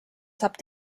saab